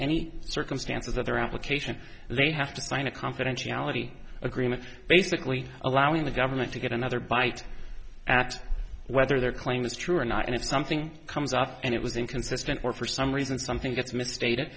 any circumstances of their application lay have to sign a confidentiality agreement basically allowing the government to get another bite at whether their claim is true or not and if something comes up and it was inconsistent or for some reason something gets misstated